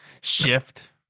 shift